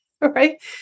right